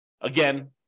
Again